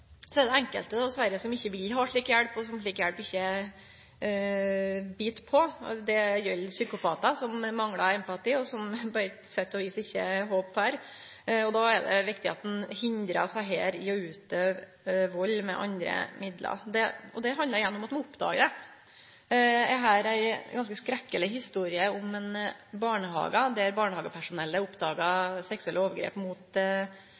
Så er det dessverre enkelte som ikkje vil ha slik hjelp, og som slik hjelp ikkje bit på. Det gjeld psykopatar, som manglar empati, og som det på sett og vis ikkje er håp for. Då er det viktig at ein hindrar desse i å utøve vald med andre midlar. Det handlar igjen om at ein må oppdage det. Eg har ei ganske skrekkeleg historie om ein barnehage der barnehagepersonalet oppdaga seksuelle overgrep mot